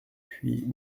huit